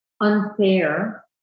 unfair